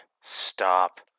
stop